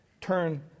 turn